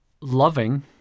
loving